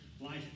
life